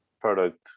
product